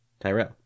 Tyrell